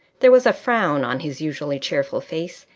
there was a frown on his usually cheerful face,